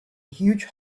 huge